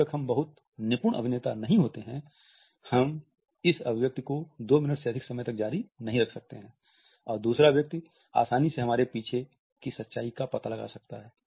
जब तक हम बहुत निपुण अभिनेता नहीं होते हैं हम इस अभिव्यक्ति को दो मिनट से अधिक समय तक जारी नहीं रख सकते हैं और दूसरा व्यक्ति आसानी से हमारे पीछे की सच्चाई का पता लगा सकता है